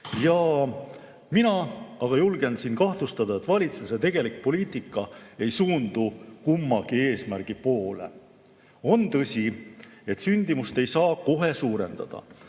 Mina aga julgen kahtlustada, et valitsuse tegelik poliitika ei suundu kummagi eesmärgi poole. On tõsi, et sündimust ei saa kohe suurendada,